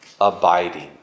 abiding